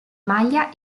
maglia